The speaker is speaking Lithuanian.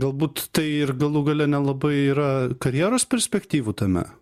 galbūt tai ir galų gale nelabai yra karjeros perspektyvų tame